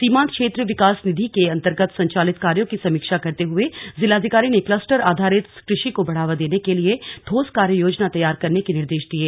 सीमांत क्षेत्र विकास निधि के अन्तर्गत संचालित कार्यो की समीक्षा करते हुए जिलाधिकारी ने क्लस्टर आधारित कृषि को बढावा देने के लिए ठोस कार्ययोजना तैयार करने के निर्देश दिये